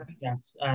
Yes